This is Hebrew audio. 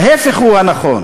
ההפך הוא הנכון.